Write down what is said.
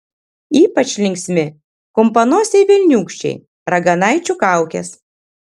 ypač linksmi kumpanosiai velniūkščiai raganaičių kaukės